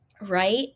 right